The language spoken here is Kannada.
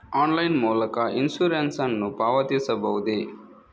ಆನ್ಲೈನ್ ಮೂಲಕ ಇನ್ಸೂರೆನ್ಸ್ ನ್ನು ಪಾವತಿಸಬಹುದೇ?